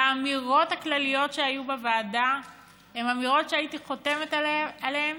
והאמירות הכלליות שהיו בוועדה הן אמירות שהייתי חותמת עליהן